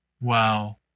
Wow